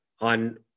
on